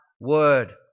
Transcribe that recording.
word